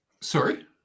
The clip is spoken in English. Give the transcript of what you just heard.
Sorry